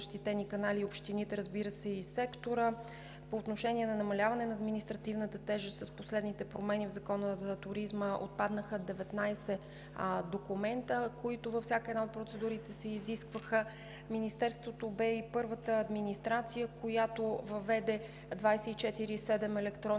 защитени канали, и общините, разбира се, и секторът. По отношение на намаляване на административната тежест с последните промени в Закона за туризма отпаднаха 19 документа, които се изискваха във всяка една от процедурите. Министерството бе и първата администрация, която въведе 24/7 електронни